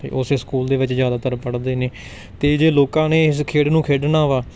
ਅਤੇ ਓਸ ਸਕੂਲ ਦੇ ਵਿੱਚ ਜ਼ਿਆਦਾਤਰ ਪੜ੍ਹਦੇ ਨੇ ਅਤੇ ਜੇ ਲੋਕਾਂ ਨੇ ਇਸ ਖੇਡ ਨੂੰ ਖੇਡਣਾ ਵਾ